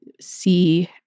see